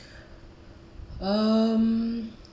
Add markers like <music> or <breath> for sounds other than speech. <breath> um